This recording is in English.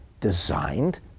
designed